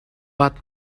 but